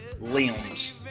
limbs